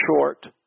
short